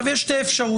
יש שתי אפשרויות,